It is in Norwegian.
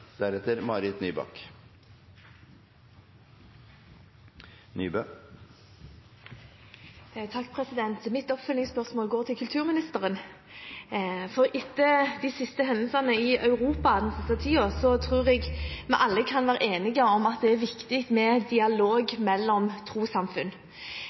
Mitt oppfølgingsspørsmål går til kulturministeren, for etter de siste hendelsene i Europa tror jeg vi alle kan være enige om at det er viktig med dialog mellom trossamfunn.